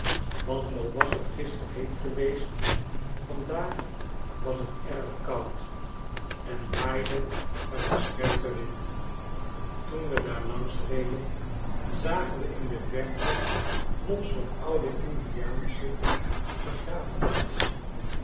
want al was t gister heet geweest vandaagwas tergkoud en waaide er een scherpe wind toen we daar langs reden zagen we in de verte nog zoo'n oude indiaansche begraafplaats